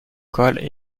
col